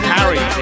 Harry